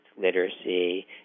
Literacy